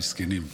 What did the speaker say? המסכנים.